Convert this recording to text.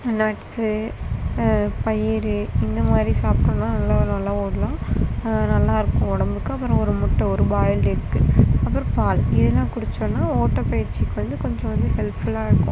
nuts பயிறு இந்தமாதிரி சாப்பிட்லாம் நல்லா நல்லா ஓடலாம் நல்லா இருக்கும் உடம்புக்கு அப்புறம் ஒரு முட்டை ஒரு பாயில்டு எக் அப்புறம் பால் இதெலாம் குடித்தோன்னா ஓட்ட பயிற்சிக்கு வந்து கொஞ்சம் வந்து ஹெல்ப்ஃபுல்லாக இருக்கும்